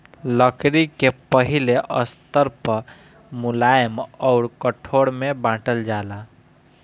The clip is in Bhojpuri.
लकड़ी के पहिले स्तर पअ मुलायम अउर कठोर में बांटल जाला